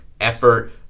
effort